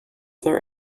there